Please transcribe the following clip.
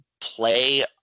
play